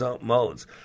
modes